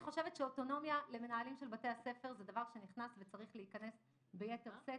שאוטונומיה למנהלים של בתי הספר זה דבר שנכנס וצריך להיכנס ביתר שאת,